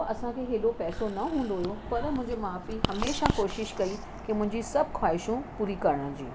असांखे हेॾो पैसो न हूंदो हुओ पर मुंहिंजे माउ पीउ हमेशह कोशिश कई की मुंहिंजी सभ ख़्वाहिशूं पूरी करण जूं